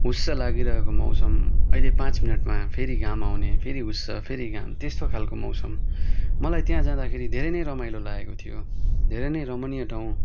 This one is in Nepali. हुस्स लागिरहेको मौसम अहिले पाँच मिनटमा फेरि घाम आउने फेरि हुस्स फेरि घाम त्यस्तो खालको मौसम मलाई त्यहाँ जाँदाखेरि धेरै नै रमाइलो लागेको थियो धेरै नै रमणीय ठाउँ